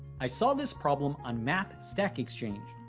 i saw this problem on math stackexchange.